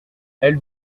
elle